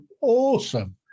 awesome